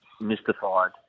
mystified